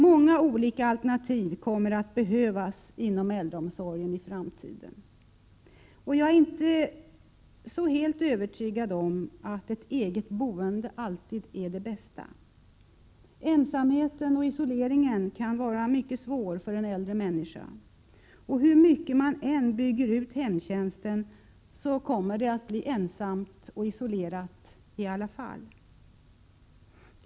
Många olika alternativ kommer att behövas inom äldreomsorgen. Jag är inte helt övertygad om att ett eget boende alltid är det bästa. Ensamheten och isoleringen kan vara mycket svår för en äldre människa, och hur mycket man än bygger ut hemtjänsten kommer det att bli ensamt i alla fall.